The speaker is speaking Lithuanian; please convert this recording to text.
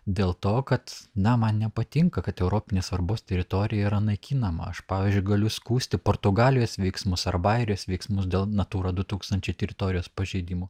dėl to kad na man nepatinka kad europinės svarbos teritorija yra naikinama aš pavyzdžiui galiu skųsti portugalijos veiksmus arba airijos veiksmus dėl natūra du tūkstančiai teritorijos pažeidimų